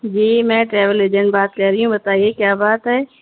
جی میں travel agent بات کر رہی ہوں بتائیے کیا بات ہے